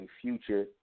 future